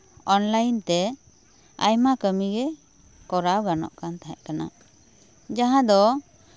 online ᱛᱮ ᱟᱭᱢᱟ ᱠᱟᱹᱢᱤ ᱜᱮ ᱠᱚᱨᱟᱣ ᱜᱟᱱᱚᱜ ᱠᱟᱱ ᱛᱟᱦᱮᱸᱫ ᱠᱟᱱᱟ ᱡᱟᱦᱟᱸ ᱫᱚ